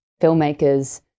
filmmakers